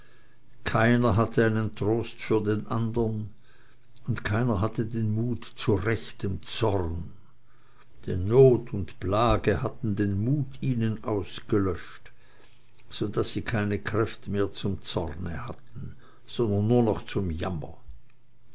keiner hatte einen trost für den andern und keiner hatte den mut zu rechtem zorn denn not und plage hatten den mut ihnen ausgelöscht so daß sie keine kraft mehr zum zorne hatten sondern nur noch zum jammer